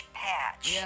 patch